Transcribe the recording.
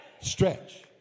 stretch